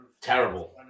terrible